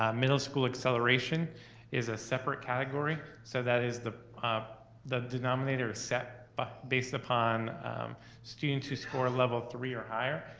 ah middle school acceleration is a separate category, so that is the um the denominator is set but based upon students who score a level three or higher